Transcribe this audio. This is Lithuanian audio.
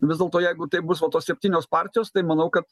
vis dėlto jeigu tai bus va tos septynios partijos tai manau kad